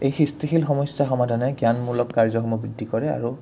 এই সৃষ্টিশীল সমস্যা সমাধানে জ্ঞানমূলক কাৰ্যসমূহ বৃদ্ধি কৰে আৰু